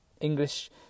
English